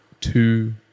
Two